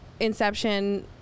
Inception